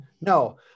No